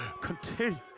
continue